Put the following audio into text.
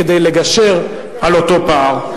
כדי לגשר על אותו פער.